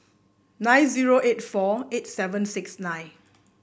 nine zero eight four eight seven six nine